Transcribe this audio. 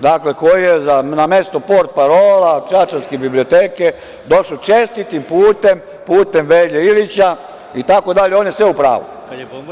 dakle, koji je na mesto portparola čačanske biblioteke došao čestitim putem, putem Velje Ilića, itd, on je sve u pravu.